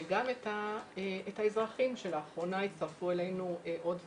וגם את האזרחים שלאחרונה הצטרפו אלינו עוד ועוד,